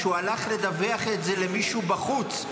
שהוא הלך לדווח את זה למישהו בחוץ.